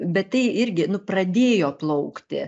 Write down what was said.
bet tai irgi nu pradėjo plaukti